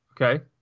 Okay